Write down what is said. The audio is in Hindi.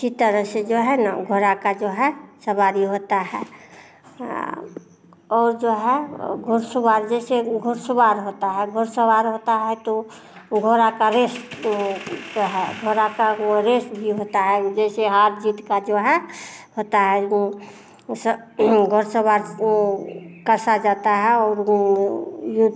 इसी तरह से जो है ना घोड़ा का जो है सवारी होता है और जो है घुड़ सवार जैसे घुड़सवार होता है तो घोड़ा का रेस रहा घोड़ा का रस भी होता है जैसे हार जीत का जो है होता है वो उस घुड़सवार कसा जाता है और